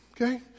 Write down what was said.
Okay